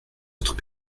autres